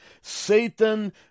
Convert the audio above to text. Satan